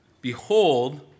Behold